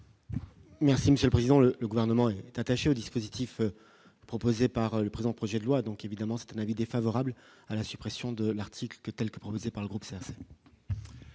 monsieur le président, le gouvernement est attaché au dispositif proposé par le présent projet de loi, donc évidemment c'est un avis défavorable à la suppression de l'article que telle que proposée par le groupe.